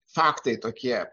faktai tokie